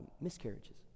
miscarriages